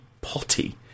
potty